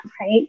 right